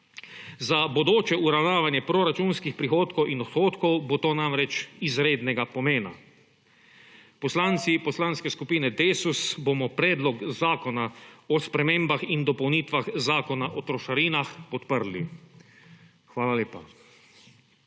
Za bodoče uravnavanje proračunskih prihodkov in odhodkov, bo to namreč izrednega pomena. / znak za konec razprave/ Poslanci Poslanske skupine Desus bomo Predlog zakona o spremembah in dopolnitvah Zakona o trošarinah podprli. Hvala lepa.